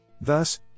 Thus